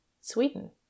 Sweden